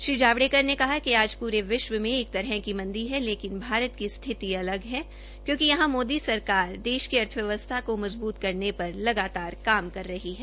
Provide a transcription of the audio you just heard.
श्री जावड़ेकर ने कहा कि आज पूरे विश्व में एक तरह की मंदी है लेकिन भारत की स्थिति अलग है क्योंकि यहां मोदी सरकार देश की अर्थव्यवसथा को मंजबूत करने पर लगातार काम कर रही है